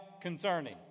concerning